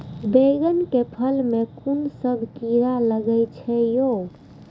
बैंगन के फल में कुन सब कीरा लगै छै यो?